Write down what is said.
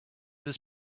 his